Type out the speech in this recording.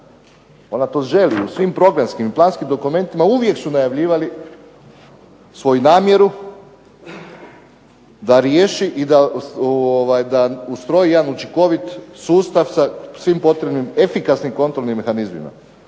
Ona to želi u svim programskim i planskim dokumentima uvijek su najavljivali svoju namjeru da riješi i da ustroji jedan učinkovit sustav sa svim potrebnim efikasnim kontrolnim mehanizmima.